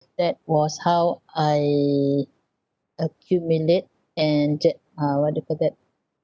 that was how I accumulate and j~ uh what do you call that